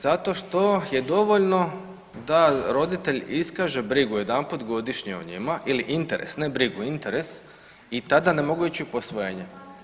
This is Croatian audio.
Zato što je dovoljno da roditelj iskaže brigu jedanput godišnje o njima ili interes, ne brigu interes i tada ne mogu ići u posvojenje.